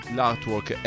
L'artwork